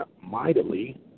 mightily